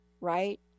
right